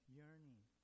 yearning